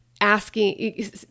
asking